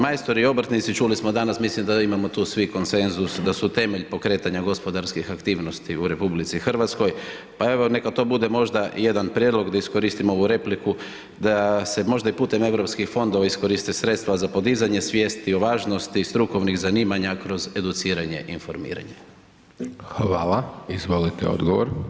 Majstori i obrtnici, čuli smo danas, mislim da imamo tu svi konsenzus, da su temelj pokretanja gospodarskih aktivnosti u RH, pa evo neka to bude možda i jedan prijedlog da iskoristim ovu repliku, da se možda i putem EU fondova iskoriste sredstva za podizanje svijesti o važnosti strukovnih zanimanja kroz educiranje i informiranje.